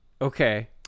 okay